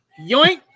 Yoink